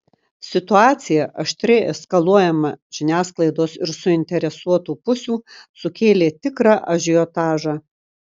situacija aštriai eskaluojama žiniasklaidos ir suinteresuotų pusių sukėlė tikrą ažiotažą